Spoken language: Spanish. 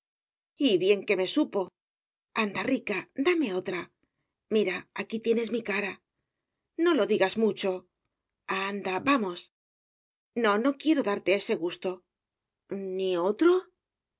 y bien que me supo anda rica dame otra mira aquí tienes mi cara no lo digas mucho anda vamos no no quiero darte ese gusto ni otro